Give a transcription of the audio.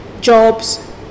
jobs